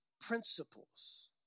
principles